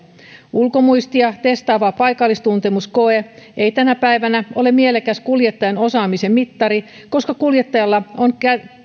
ulkomuistia testaava paikallistuntemuskoe ei tänä päivänä ole mielekäs kuljettajan osaamisen mittari koska kuljettajalla on